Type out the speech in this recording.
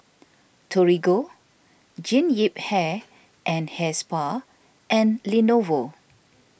Torigo Jean Yip Hair and Hair Spa and Lenovo